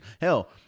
hell